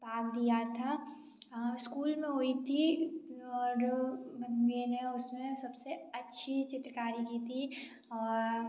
भाग लिया था अ स्कूल में हुई थी और मैंने उसमें सबसे अच्छी चित्रकारी की थी और